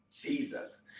Jesus